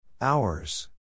Hours